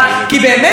בנימין נתניהו,